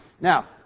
Now